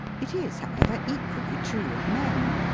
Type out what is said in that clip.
it is, however, equally true of men.